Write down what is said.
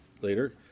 later